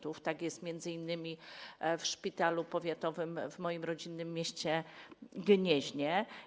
Tak jest m.in. w szpitalu powiatowym w moim rodzinnym mieście Gnieźnie.